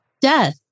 death